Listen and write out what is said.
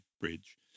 bridge